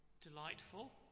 delightful